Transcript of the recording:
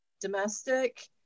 domestic